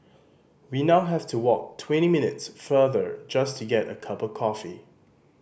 we now have to walk twenty minutes farther just to get a cup of coffee